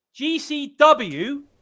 gcw